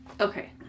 Okay